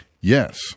Yes